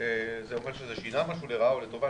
זה אומר שזה שינה משהו לרעה או לטובה,